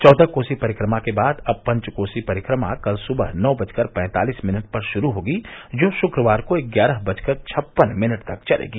चौदह कोसी परिक्रमा के बाद अब पंचकोसी परिक्रमा कल सुबह नौ बजकर पैंतालिस मिनट पर शुरू होगी जो शुक्रवार को ग्यारह बजकर छप्पन मिनट तक चलेगी